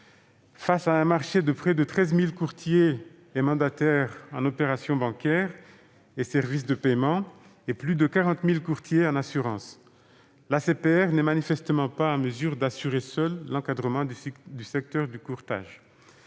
face à un marché de près de 13 000 courtiers et mandataires en opérations bancaires et services de paiement et de plus de 40 000 courtiers en assurances. L'ACPR n'est manifestement pas en mesure d'assurer seule l'encadrement du secteur du courtage.